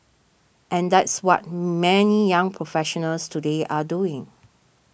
and that's what many young professionals today are doing